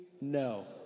no